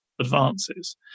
advances